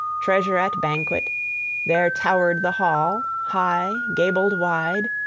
treasure at banquet there towered the hall, high, gabled wide,